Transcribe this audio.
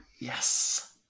Yes